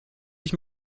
dich